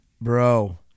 Bro